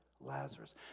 lazarus